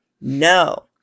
No